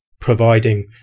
providing